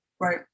Right